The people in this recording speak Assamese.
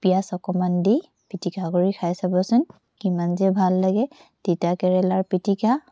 পিঁয়াজ অকণমান দি পিটিকা কৰি খাই চাবচোন কিমান যে ভাল লাগে তিতা কেৰেলাৰ পিটিকা